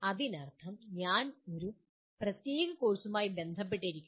അതിനർത്ഥം ഞാൻ ഒരു പ്രത്യേക കോഴ്സുമായി ബന്ധപ്പെട്ടിരിക്കുന്നു